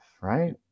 Right